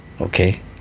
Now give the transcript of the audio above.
okay